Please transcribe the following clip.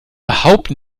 überhaupt